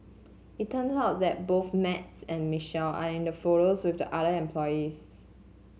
it turns out that both Max and Michelle are in the photos with the other employees